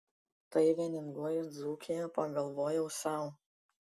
tai vieningoji dzūkija pagalvojau sau